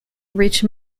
rich